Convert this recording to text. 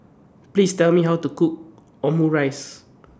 Please Tell Me How to Cook Omurice